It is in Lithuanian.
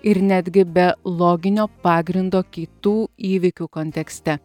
ir netgi be loginio pagrindo kitų įvykių kontekste